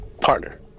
partner